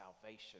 salvation